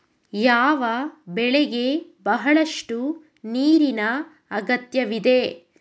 ಯಾವ ಬೆಳೆಗೆ ಬಹಳಷ್ಟು ನೀರಿನ ಅಗತ್ಯವಿದೆ?